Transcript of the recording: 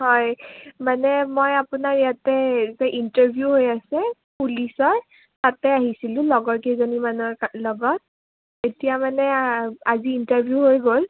হয় মানে মই আপোনাৰ ইয়াতে যে ইণ্টাৰভিউ হৈ আছে পুলিচৰ তাতে আহিছিলোঁ লগৰকেইজনীমানৰ লগত এতিয়া মানে আজি ইণ্টাৰভিউ হৈ গ'ল